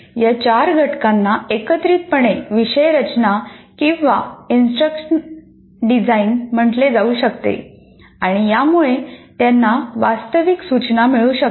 या चार घटकांना एकत्रितपणे विषय रचना किंवा इंस्ट्रक्शन डिझाइन म्हटले जाऊ शकते आणि यामुळे त्यांना वास्तविक सूचना मिळू शकते